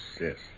yes